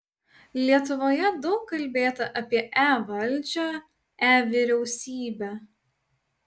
lietuvoje daug kalbėta apie e valdžią e vyriausybę